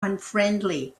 unfriendly